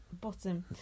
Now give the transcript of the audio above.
Bottom